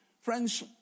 friends